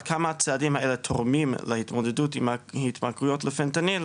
עד כמה הצעדים האלה תורמים להתמודדות עם ההתמכרויות לפנטניל,